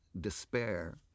despair